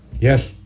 yes